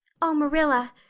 oh, marilla,